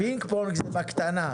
פינג פונג זה בקטנה.